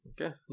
Okay